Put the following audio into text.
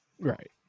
Right